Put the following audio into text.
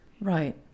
Right